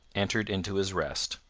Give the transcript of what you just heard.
entered into his rest.